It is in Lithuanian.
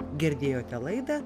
girdėjote laidą